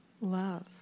love